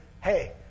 hey